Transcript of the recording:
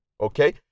okay